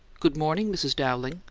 good morning, mrs. dowling,